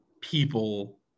people